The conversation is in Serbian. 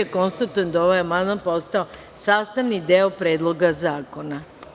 Konstatujem da je ovaj amandman postao sastavni deo Predloga zakona.